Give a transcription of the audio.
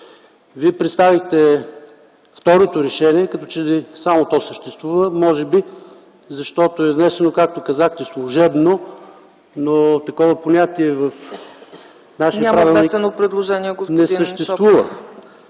Вие представихте второто решение, като че ли само то съществува, може би защото е внесено, както казахте, служебно, но такова понятие в нашия правилник не съществува.